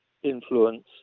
influence